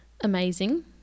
amazing